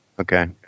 Okay